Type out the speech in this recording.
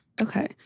Okay